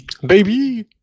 baby